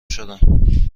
شدم